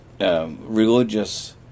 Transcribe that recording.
religious